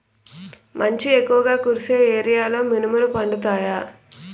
మంచు ఎక్కువుగా కురిసే ఏరియాలో మినుములు పండుతాయా?